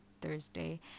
Thursday